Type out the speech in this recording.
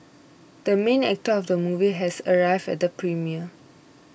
the main actor of the movie has arrived at the premiere